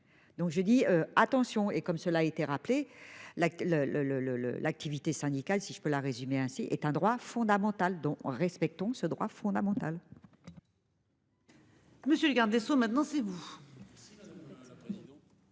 Donc je dis attention. Et comme cela a été rappelé là le le le le le l'activité syndicale, si je peux la résumer ainsi, est un droit fondamental dont respectons ce droit fondamental. Monsieur le garde des Sceaux, maintenant c'est vous. Madame la présidente.